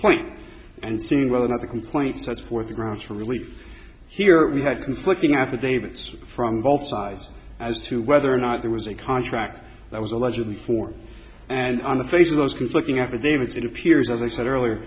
complaint and seeing whether or not the complaint sets for the grounds for relief here that we have conflicting affidavits from both sides as to whether or not there was a contract that was allegedly for and on the face of those conflicting affidavit it appears as i said earlier